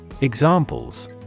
Examples